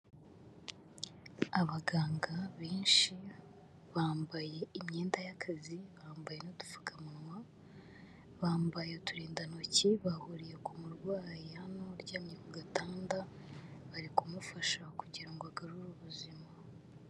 Abaganga benshi bambaye imyenda y'akazi bambaye n'udupfukamunwa bambaye uturindantoki bahuriye kumurwayi hano uryamye kugatanda bari kumufasha kugira ngo agarure ubuzima.